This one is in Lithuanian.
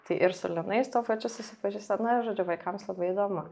tai ir su linais tuo pačiu susipažįsta na ir žodžiu vaikams labai įdomu